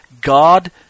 God